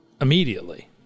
immediately